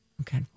Okay